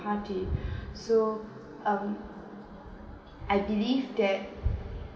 party so um I believe that